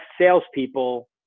salespeople